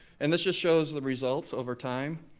and this just shows the results over time.